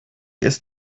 ist